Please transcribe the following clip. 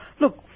Look